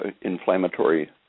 inflammatory